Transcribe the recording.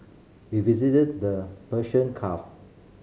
we visited the Persian